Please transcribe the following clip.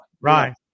Right